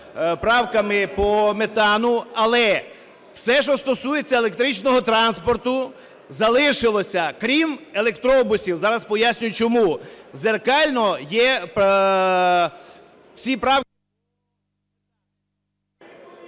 правками по метану, але, все що стосується електричного транспорту залишилося, крім електробусів. Зараз поясню, чому. Дзеркально є… ГОЛОВУЮЧИЙ.